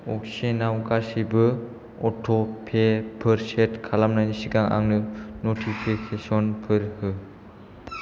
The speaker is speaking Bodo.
अक्सिजेनाव गासैबो अटपेफोर सेथ खालामनायनि सिगां आंनो नटिफिकेसनफोर हो